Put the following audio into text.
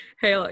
Hey